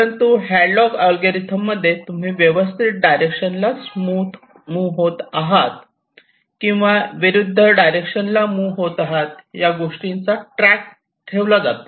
परंतु Hadlock algorithm मध्ये तुम्ही व्यवस्थित डायरेक्शन ला मुव्ह होत आहात किंवा विरुद्ध डायरेक्शन ला मुव्ह होत आहेत गोष्टीचा ट्रॅक ठेवला जातो